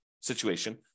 situation